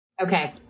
Okay